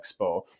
Expo